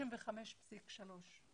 ולאחר חופשת לידה 35.3%